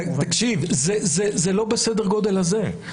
תקשיב, זה לא בסדר הגודל הזה.